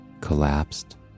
collapsed